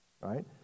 right